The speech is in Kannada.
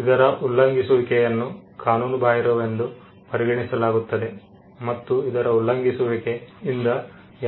ಇದರ ಉಲ್ಲಂಘಿಸುವಿಕೆಯನ್ನು ಕಾನೂನುಬಾಹಿರವೆಂದು ಪರಿಗಣಿಸಲಾಗುತ್ತದೆ ಮತ್ತು ಇದರ ಉಲ್ಲಂಘಿಸುವಿಕೆ ಇಂದ